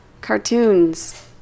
Cartoons